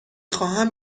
خواهم